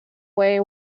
way